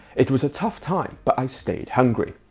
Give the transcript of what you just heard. it was a tough time, but i stayed hungry.